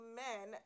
men